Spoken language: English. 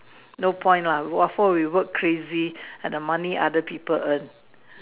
no point lah why for we were crazy at money at people an